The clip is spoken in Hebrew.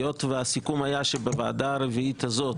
היות והסיכום היה שבוועדה הרביעית הזאת,